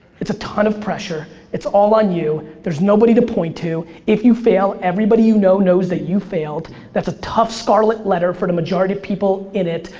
it's a ton of pressure. it's all on you, there's nobody to point to. if you fail everybody you know knows that you failed. that's a tough scarlet letter for the majority of people in it.